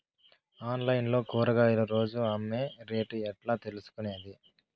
Online లో కూరగాయలు రోజు అమ్మే రేటు ఎట్లా తెలుసుకొనేది?